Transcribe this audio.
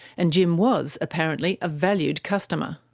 and jim was, apparently, a valued customer.